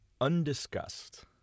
undiscussed